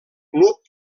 club